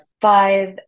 five